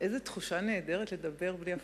איזו תחושה נהדרת לדבר בלי הפרעות.